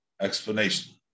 explanation